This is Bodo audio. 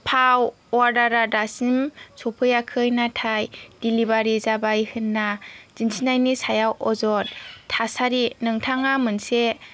थाव अर्डारा दासिम सफैयाखै नाथाय डेलिभारि जाबाय होनना दिन्थिनायनि सायाव अजद थासारि नोंथाङा मोनसे